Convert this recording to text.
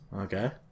Okay